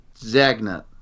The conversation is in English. Zagnut